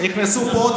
נכנסו פה עוד